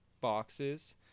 boxes